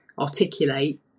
articulate